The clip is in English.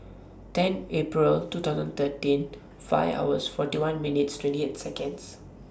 ten April two thousand thirteen five hours forty one minutes twenty eight Seconds